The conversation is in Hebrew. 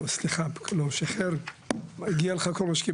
לא, סליחה, לא מחזר, מגיע לך כל מה שקיבלת.